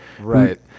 Right